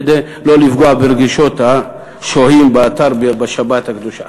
כדי לא לפגוע ברגישות השוהים באתר בשבת הקדושה.